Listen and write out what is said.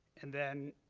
and then.